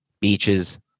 beaches